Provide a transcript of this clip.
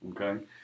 okay